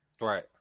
Right